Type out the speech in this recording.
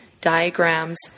diagrams